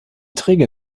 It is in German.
träger